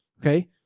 okay